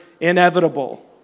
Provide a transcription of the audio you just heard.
inevitable